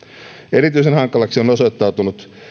erityisen hankalaksi on on osoittautunut